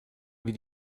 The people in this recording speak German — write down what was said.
wie